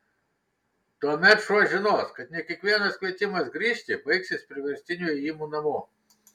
tuomet šuo žinos kad ne kiekvienas kvietimas grįžti baigsis priverstiniu ėjimu namo